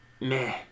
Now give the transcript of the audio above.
Meh